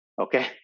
okay